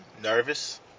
nervous